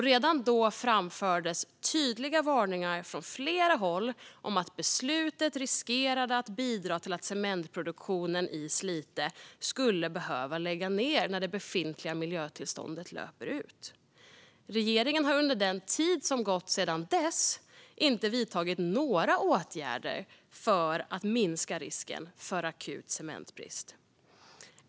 Redan då framfördes tydliga varningar från flera håll om att beslutet riskerade att bidra till att cementproduktionen i Slite skulle behöva läggas ned när det befintliga miljötillståndet löper ut. Regeringen har under den tid som gått sedan dess inte vidtagit några åtgärder för att minska risken för akut cementbrist.